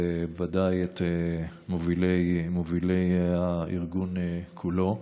ודאי את מובילי הארגון כולו.